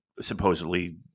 supposedly